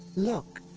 look!